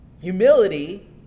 Humility